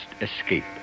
escape